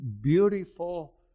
beautiful